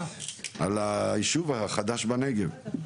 על היישוב החדש בנגב.